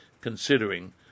considering